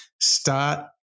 start